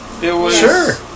Sure